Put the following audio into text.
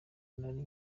nari